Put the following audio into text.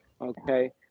Okay